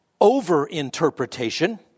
over-interpretation